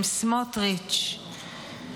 עם סמוטריץ'.